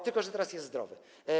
Tylko że teraz jest zdrowy.